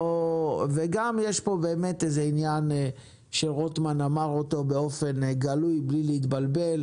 וגם יש פה עניין שרוטמן ציין באופן גלוי בלי להתבלבל.